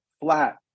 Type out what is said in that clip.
flat